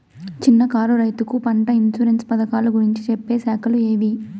చిన్న కారు రైతుకు పంట ఇన్సూరెన్సు పథకాలు గురించి చెప్పే శాఖలు ఏవి?